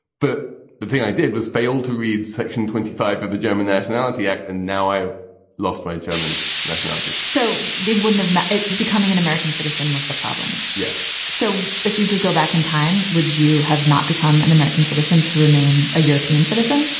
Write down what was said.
but the thing i did was fail to read section twenty five of the german nationality act. and now i've lost my german nationality so they wouldn't have it becoming an american citizen was the problem. yes. so if you could go back in time, would you have not become an american citizen to remain a european citizen?